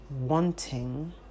wanting